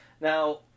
Now